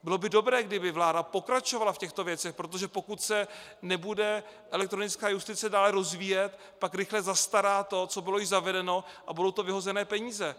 Bylo by dobré, kdyby vláda pokračovala v těchto věcech, protože pokud se nebude elektronická justice dále rozvíjet, pak rychle zastará to, co bylo již zavedeno, a budou to vyhozené peníze.